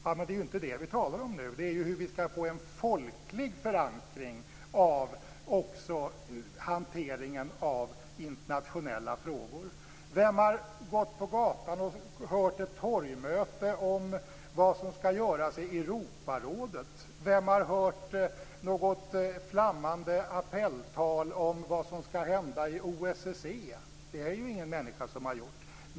Ja, men det är ju inte det vi talar om, utan om hur vi skall få en folklig förankring också av hanteringen av internationella frågor. Vem har gått på gatan eller på ett torgmöte och där hört vad som skall göras i Europarådet? Vem har hört något flammande appelltal om vad som skall hända i OSSE? Det är det ju ingen människa som har gjort.